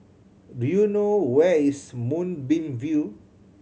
do you know where is Moonbeam View